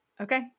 Okay